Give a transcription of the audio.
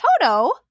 toto